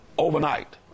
Overnight